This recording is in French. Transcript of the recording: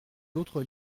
d’autres